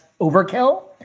overkill